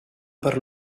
per